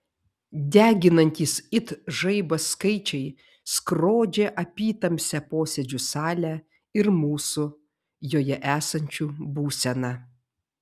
deginantys it žaibas skaičiai skrodžia apytamsę posėdžių salę ir mūsų joje esančių būseną